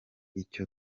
icyo